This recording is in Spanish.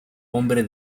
hombre